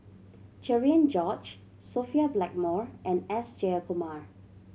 Cherian George Sophia Blackmore and S Jayakumar